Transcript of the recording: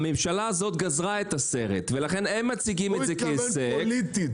הממשלה הזו גזרה את הסרט ולכן הם מציגים את זה כהישג פוליטי,